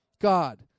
God